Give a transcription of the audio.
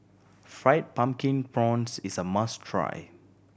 Fried Pumpkin Prawns is a must try